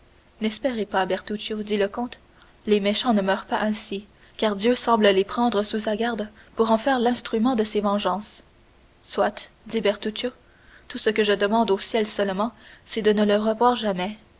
n'espérez pas bertuccio dit le comte les méchants ne meurent pas ainsi car dieu semble les prendre sous sa garde pour en faire l'instrument de ses vengeances soit dit bertuccio tout ce que je demande au ciel seulement c'est de ne le revoir jamais